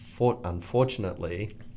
unfortunately